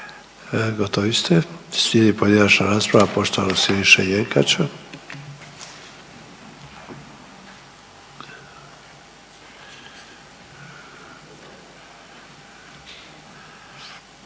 Gotovi ste. Slijedi pojedinačna rasprava poštovanog Siniše Jenkača.